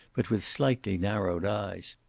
but with slightly narrowed eyes.